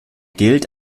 gilt